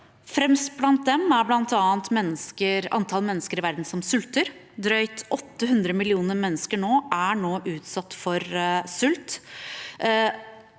Fremst blant dem er bl.a. antall mennesker i verden som sulter. Drøyt 800 millioner mennesker er nå utsatt for sult.